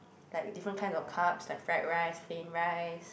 like different kinds of carbs like fried rice plain rice